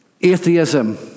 atheism